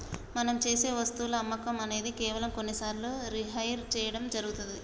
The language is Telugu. మనం సేసె వస్తువుల అమ్మకం అనేది కేవలం కొన్ని సార్లు రిహైర్ సేయడం జరుగుతుంది